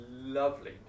lovely